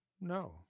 No